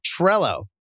Trello